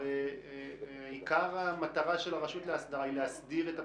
הרי עיקר המטרה של הרשות להסדרה היא להסדיר את הפזורה,